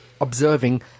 observing